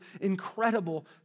incredible